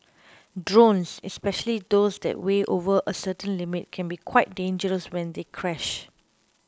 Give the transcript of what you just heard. drones especially those that weigh over a certain limit can be quite dangerous when they crash